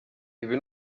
ibi